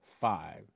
five